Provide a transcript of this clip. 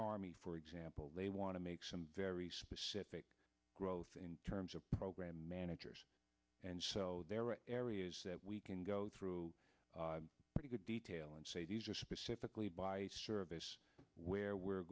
army for example they want to make some very specific growth in terms of program managers and so there are areas that we can go through pretty good detail and say these are specifically by service where we're